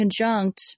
conjunct